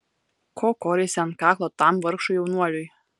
ko koreisi ant kaklo tam vargšui jaunuoliui